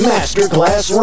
Masterclass